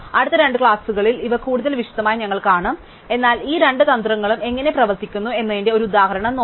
അടുത്ത 2 ക്ലാസ്സുകളിൽ ഇവ കൂടുതൽ വിശദമായി ഞങ്ങൾ കാണും എന്നാൽ ഈ രണ്ട് തന്ത്രങ്ങളും എങ്ങനെ പ്രവർത്തിക്കുന്നു എന്നതിന്റെ ഒരു ഉദാഹരണം നോക്കാം